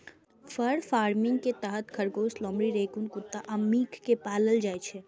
फर farming के तहत खरगोश, लोमड़ी, रैकून कुत्ता आ मिंक कें पालल जाइ छै